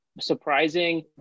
surprising